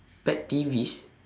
pet peeves